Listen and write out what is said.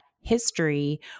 history